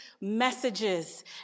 messages